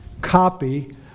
copy